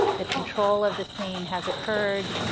the control of the scene has occurred.